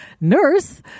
nurse